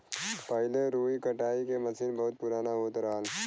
पहिले रुई कटाई के मसीन बहुत पुराना होत रहल